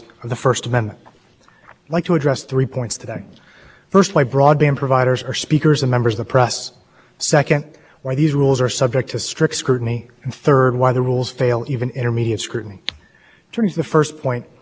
networks from the network owners to the edge providers congress people see when people buy internet service they're just they're not buying it's not like cable television they're not buying different kinds